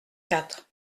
quatre